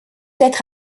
être